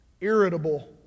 irritable